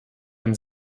ein